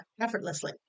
effortlessly